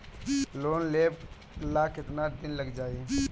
Loan लेबे ला कितना दिन लाग जाई?